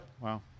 Wow